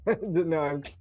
No